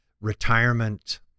retirement